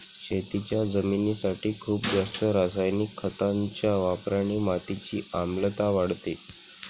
शेतीच्या जमिनीसाठी खूप जास्त रासायनिक खतांच्या वापराने मातीची आम्लता वाढते